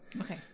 Okay